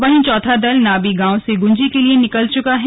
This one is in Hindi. वहीं चौथा दल नाबी गांव से गुंजी के लिए निकल चुका है